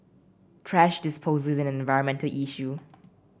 thrash disposal environmental issue